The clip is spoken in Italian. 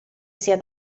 sia